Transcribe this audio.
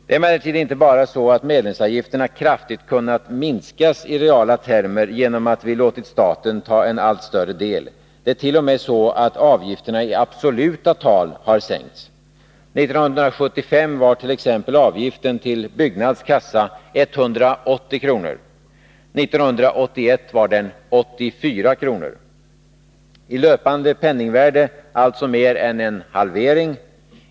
Det är emellertid inte bara så att medlemsavgifterna kraftigt kunnat minskas i reala termer genom att vi låtit staten ta en allt större del. Det är t.o.m. så att avgifterna i absoluta tal har sänkts. 1975 var t.ex. avgiften till Byggnads kassa 180 kr. 1981 var den 84 kr. — i löpande penningvärde alltså mer än en halvering.